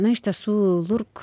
na iš tiesų lurk